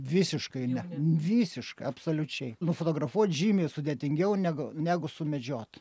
visiškai ne visiškai absoliučiai nufotografuot žymiai sudėtingiau negu negu sumedžiot